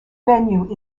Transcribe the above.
venue